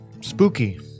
spooky